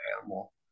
animal